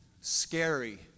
scary